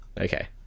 okay